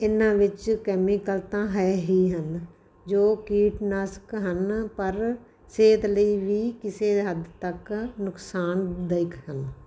ਇਹਨਾਂ ਵਿੱਚ ਕੈਮੀਕਲ ਤਾਂ ਹੈ ਹੀ ਹਨ ਜੋ ਕੀਟਨਾਸ਼ਕ ਹਨ ਪਰ ਸਿਹਤ ਲਈ ਵੀ ਕਿਸੇ ਹੱਦ ਤੱਕ ਨੁਕਸਾਨਦਾਇਕ ਹਨ